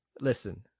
Listen